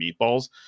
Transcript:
meatballs